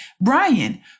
Brian